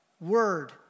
word